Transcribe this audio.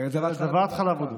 ארץ זבת חלב ודבש.